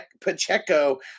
Pacheco